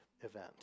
event